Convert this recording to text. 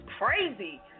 crazy